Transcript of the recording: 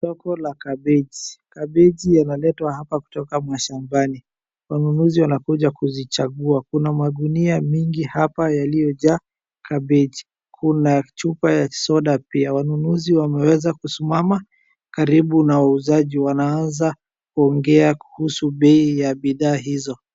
Soko la kabichi, kabichi yanaletwa hapa kutoka mashambani. Wanunuzi wanakuja kuzichagua kuna magunia mengi hapa yaliyojaa kabichi. Kuna chupa ya soda pia wanunuzi wameweza kusimama karibu na wauzaji wanaanza kuongea kuhusu bei ya bidhaa hizo.